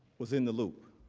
was in the loop.